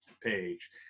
page